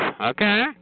okay